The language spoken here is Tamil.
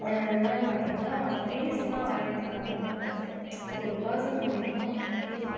என்னன்னு பார்த்திங்கனா ஃபேஸ்லாம் வரைகிறதுலாந்தான் ரொம்ப கஷ்டம் இப்போது ஒரு பேர்ஸன் வரையணுனா அவங்களோட ஃபேஸில்